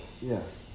Yes